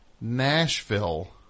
Nashville